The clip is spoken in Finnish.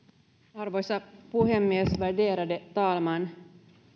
arvoisa puhemies värderade talman